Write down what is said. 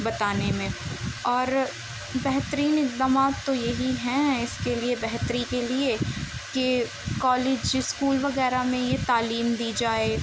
بتانے میں اور بہترین اقدامات تو یہی ہیں اس کے لیے بہتری کے لیے کہ کالج اسکول وغیرہ میں یہ تعلیم دی جائے